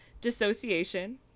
dissociation